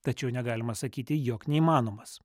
tačiau negalima sakyti jog neįmanomas